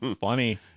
Funny